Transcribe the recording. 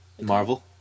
Marvel